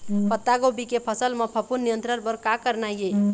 पत्तागोभी के फसल म फफूंद नियंत्रण बर का करना ये?